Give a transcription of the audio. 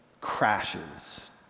crashes